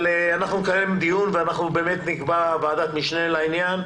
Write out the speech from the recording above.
אבל אנחנו נקיים דיון ואנחנו באמת נקבע ועדת משנה לעניין.